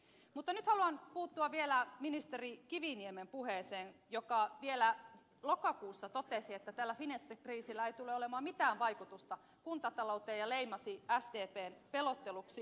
mutta nyt haluan puuttua vielä ministeri kiviniemen puheeseen kun hän vielä lokakuussa totesi että tällä finanssikriisillä ei tule olemaan mitään vaikutusta kuntatalouteen ja leimasi asian sdpn pelotteluksi